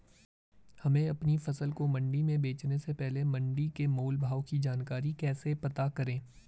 हमें अपनी फसल को मंडी में बेचने से पहले मंडी के मोल भाव की जानकारी कैसे पता करें?